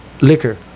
liquor